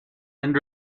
and